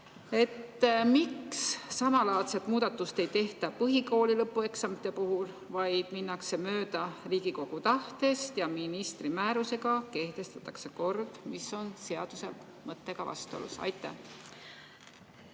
Miks samalaadset muudatust ei tehta põhikooli lõpueksamite puhul, vaid minnakse mööda Riigikogu tahtest ja ministri määrusega kehtestatakse kord, mis on seaduse mõttega vastuolus? Aitäh,